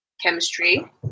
chemistry